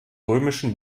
römischen